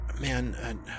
Man